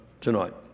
tonight